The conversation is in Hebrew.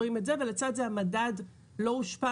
אנחנו רואים את זה, וגם לצד זה המדד לא הושפע.